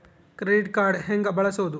Credit card ಹೆಂಗ ಬಳಸೋದು?